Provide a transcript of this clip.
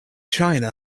china